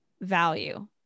value